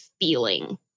feeling